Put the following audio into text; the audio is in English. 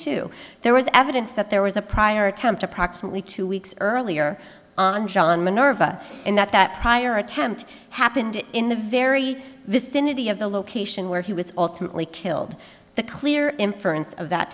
two there was evidence that there was a prior attempt approximately two weeks earlier on john minerva and that that prior attempt happened in the very vicinity of the location where he was ultimately killed the clear inference of that